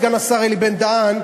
סגן השר אלי בן-דהן,